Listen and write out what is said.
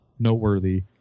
Noteworthy